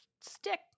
stick